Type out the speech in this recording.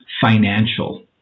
financial